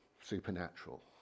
supernatural